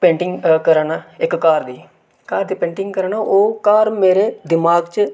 painting करै ना इक घर दी घर दी पेंटिंग करै ना ते ओह् घर मेरे दिमाग च